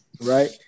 Right